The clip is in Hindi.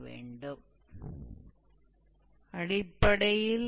अब यह केवल एक गणना है आप अपना उत्तर यहां तक छोड़ सकते हैं और यह अभी भी सही है